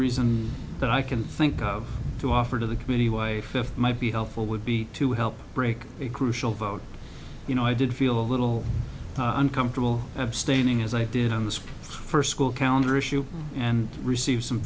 reason that i can think of to offer to the committee way fifth might be helpful would be to help break a crucial vote you know i did feel a little uncomfortable abstaining as i did on the first school calendar issue and received some